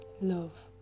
Love